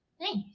Nice